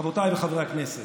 חברותיי וחבריי חברי הכנסת,